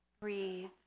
Breathe